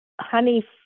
honey